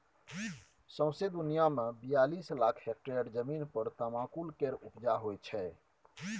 सौंसे दुनियाँ मे बियालीस लाख हेक्टेयर जमीन पर तमाकुल केर उपजा होइ छै